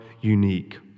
unique